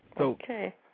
Okay